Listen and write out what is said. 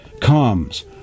comes